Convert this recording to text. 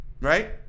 Right